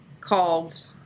called